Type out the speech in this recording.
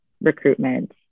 recruitment